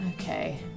okay